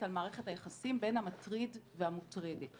על מערכת היחסים בין המטריד והמוטרדת